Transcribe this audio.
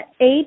eight